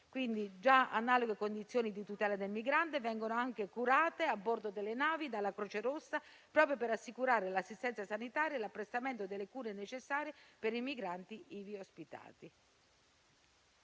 frontiere. Analoghe condizioni di tutela del migrante vengono garantite anche a bordo delle navi dalla Croce Rossa proprio per assicurare l'assistenza sanitaria e l'apprestamento delle cure necessarie per i migranti ivi ospitati.